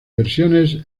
versiones